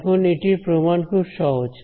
এখন এটির প্রমাণ খুব সহজ